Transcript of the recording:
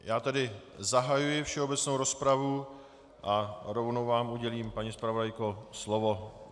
Já tedy zahajuji všeobecnou rozpravu a rovnou vám udělím, paní zpravodajko, slovo.